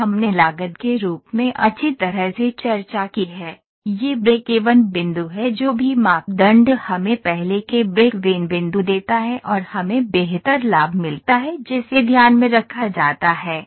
यह हमने लागत के रूप में अच्छी तरह से चर्चा की है यह ब्रेकेवन बिंदु है जो भी मापदंड हमें पहले के ब्रेकवेन बिंदु देता है और हमें बेहतर लाभ मिलता है जिसे ध्यान में रखा जाता है